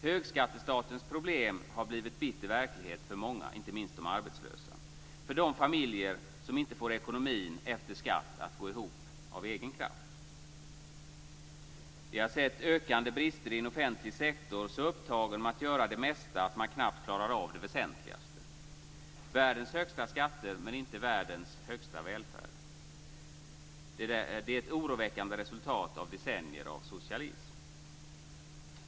Högskattestatens problem har blivit bitter verklighet för många, inte minst de arbetslösa och de familjer som inte får ekonomin efter skatt att gå ihop av egen kraft. Vi har sett ökande brister i en offentlig sektor, så upptagen med att göra det mesta att man knappt klarar av det väsentligaste. Det är världens högsta skatter men inte världens högsta välfärd. Det är ett oroväckande resultat av decennier av socialism.